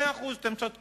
מאה אחוז, אתם צודקים,